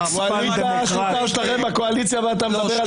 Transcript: שלכם בקואליציה ואתה מדבר?